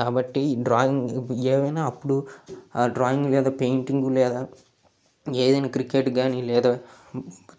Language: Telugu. కాబట్టి డ్రాయింగ్ ఏవైనా అప్పుడు ఆ డ్రాయింగ్ లేదా పెయింటింగ్ లేదా ఏదైనా క్రికెట్ కానీ లేదా